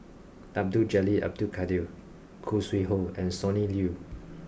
Abdul Jalil Abdul Kadir Khoo Sui Hoe and Sonny Liew